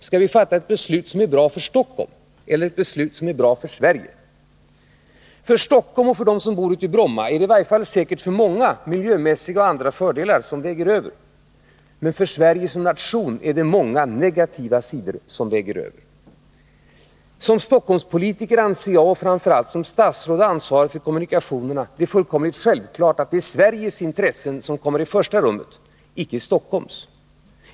Skall vi fatta ett beslut som är bra för Stockholm eller ett beslut som är bra för Sverige? För Stockholm och för dem som bor ute i Bromma är det — i varje fall säkert för många — miljömässiga och andra fördelar som väger över vid ett ställningstagande, men för Sverige som nation är det många negativa sidor som då väger över. Som Stockholmspolitiker — och framför allt som statsråd och ansvarig för kommunikationerna — är det för mig fullkomligt självklart att det är Sveriges intressen som kommer i första rummet, icke Stockholms.